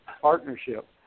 partnership